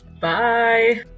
bye